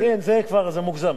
כן, זה כבר מוגזם.